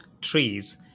Trees